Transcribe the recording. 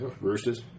Roosters